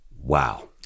wow